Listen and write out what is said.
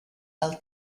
del